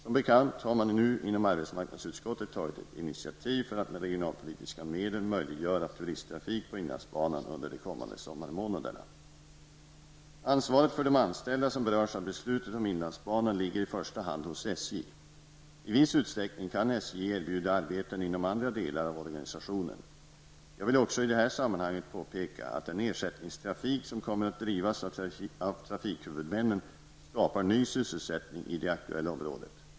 Som bekant har man nu inom arbetsmarknadsutskottet tagit ett initiativ för att med regionalpolitiska medel möjliggöra turisttrafik på inlandsbanan under de kommande sommarmånaderna. Ansvaret för de anställda som berörs av beslutet om inlandsbanan ligger i första hand hos SJ. I viss utsträckning kan SJ erbjuda arbeten inom andra delar av organisationen. Jag vill också i det här sammanhanget påpeka att den ersättningstrafik som kommer att drivas av trafikhuvudmännen skapar ny sysselsättning i det aktuella området.